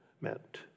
meant